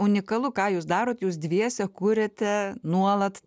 unikalu ką jūs darot jūs dviese kuriate nuolat